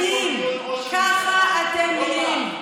ככה אתם נראים.